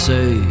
Say